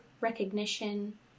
recognition